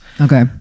okay